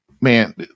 Man